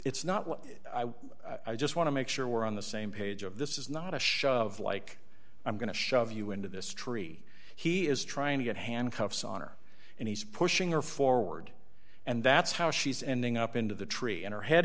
it's not what i just want to make sure we're on the same page of this is not a shot of like i'm going to shove you into this tree he is trying to get handcuffs on her and he's pushing or forward and that's how she's ending up into the tree and her head